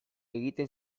egiten